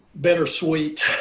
bittersweet